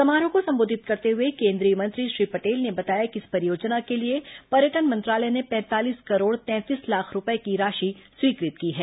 समारोह को संबोधित करते हुए केंद्रीय मंत्री श्री पटेल ने बताया कि इस परियोजना के लिए पर्यटन मंत्रालय ने पैंतालीस करोड़ तैंतीस लाख रूपये की राशि स्वीकृत की है